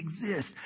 exist